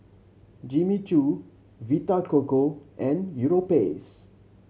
Jimmy Choo Vita Coco and Europace